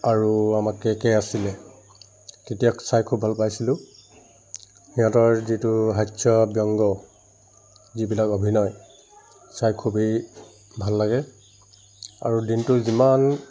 আৰু আমাৰ কেকে আছিলে তেতিয়া চাই খুব ভাল পাইছিলোঁ সিহঁতৰ যিটো হাস্য ব্যঙ্গ যিবিলাক অভিনয় চাই খুবেই ভাল লাগে আৰু দিনটোৰ যিমান